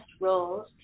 roles